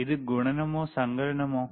ഇത് ഗുണനമോ സങ്കലനമോ